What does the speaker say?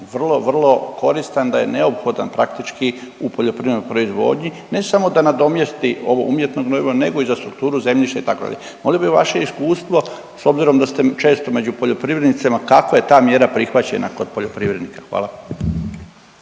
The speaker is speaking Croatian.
vrlo, vrlo koristan da je neophodan praktički u poljoprivrednoj proizvodnji, ne samo da nadomjesti ovo umjetno gnojivo nego i za strukturu zemljišta itd. Molio bi vaše iskustvo s obzirom da ste često među poljoprivrednicima kako je ta mjera prihvaćena kod poljoprivrednika? Hvala.